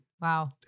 Wow